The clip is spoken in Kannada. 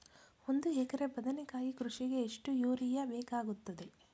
ಒಂದು ಎಕರೆ ಬದನೆಕಾಯಿ ಕೃಷಿಗೆ ಎಷ್ಟು ಯೂರಿಯಾ ಬೇಕಾಗುತ್ತದೆ?